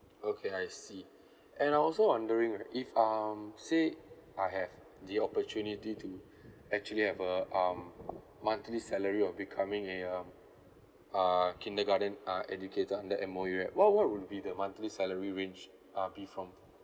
okay I see and I also wondering ah if um say I have the opportunity to actually have a um monthly salary of becoming a um uh kindergarten uh educator under M_O_E right what what would be the monthly salary range uh be from